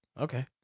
okay